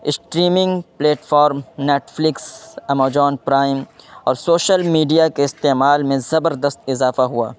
streaming platform Netflix Amazon Prime اور social media کے استعمال میں زبردست اضافہ ہوا